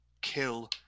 kill